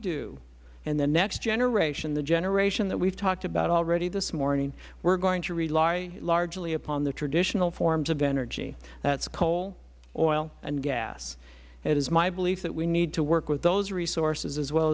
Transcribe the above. do in the next generation the generation that we have talked about already this morning we are going to rely largely upon the traditional forms of energy that is coal oil and gas it is my belief that we need to work with those resources as well